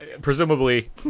presumably